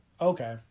Okay